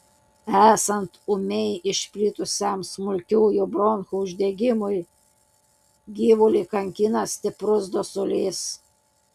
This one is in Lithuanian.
esant ūmiai išplitusiam smulkiųjų bronchų uždegimui gyvulį kankina stiprus dusulys